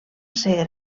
ser